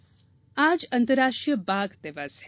बाघ दिवस आज अंतर्राष्ट्रीय बाघ दिवस है